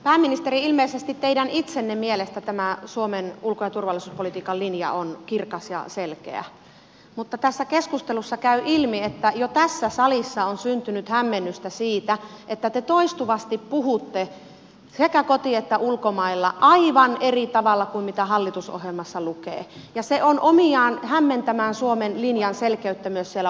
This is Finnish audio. pääministeri ilmeisesti teidän itsenne mielestä tämä suomen ulko ja turvallisuuspolitiikan linja on kirkas ja selkeä mutta tässä keskustelussa käy ilmi että jo tässä salissa on syntynyt hämmennystä siitä että te toistuvasti puhutte sekä kotimaassa että ulkomailla aivan eri tavalla kuin mitä hallitusohjelmassa lukee ja se on omiaan hämmentämään suomen linjan selkeyttä myös siellä ulkomailla